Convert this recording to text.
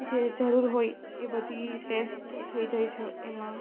જે જરૂર હોય એ બધી ટેસ્ટ થઈ જાય છે એમાં